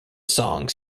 songs